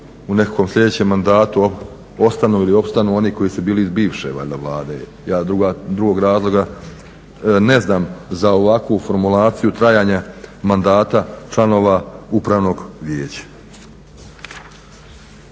u nekakvom sljedećem mandatu ostanu ili opstanu oni koji su bili iz bivše valjda Vlade. Ja drugog razloga ne znam za ovakvu formulaciju trajanja mandata članova Upravnog vijeća.